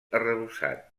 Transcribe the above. arrebossat